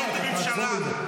לא, לא, אתה תעצור את זה.